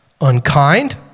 unkind